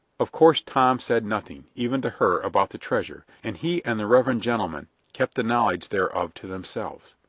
of course tom said nothing, even to her, about the treasure, and he and the reverend gentleman kept the knowledge thereof to themselves.